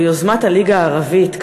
או יוזמת הליגה הערבית,